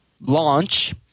launch